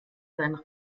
sein